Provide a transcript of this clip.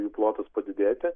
jų plotas padidėti